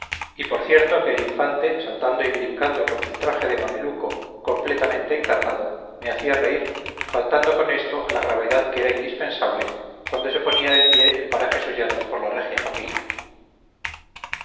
y por cierto que el infante saltando y brincando con su traje de mameluco completamente encarnado me hacía reír faltando con esto a la gravedad que era indispensable cuando se ponía el pie en parajes hollados por la regia familia